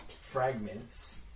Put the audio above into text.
fragments